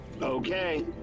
Okay